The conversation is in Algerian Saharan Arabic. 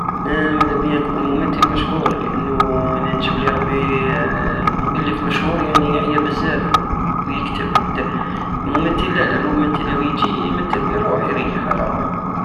انا مدبيا نكون ممتل مشهور لانو انا جابلي ربي المؤلف مشهور يعني يعيى بزاف ويكتب وكدا الممتل لالا الممتل راه يجي يمتل ويروح يريح على روحو